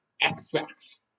extracts